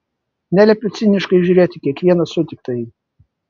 neliepiu ciniškai žiūrėti į kiekvieną sutiktąjį